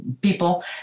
people